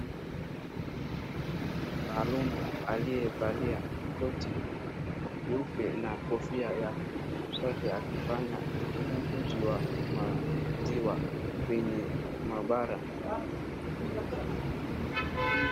Mtaalumu aliyevalia koti kyeupe na kofia ya usafi akifanya uchunguzi wa maziwa kwenye maabara.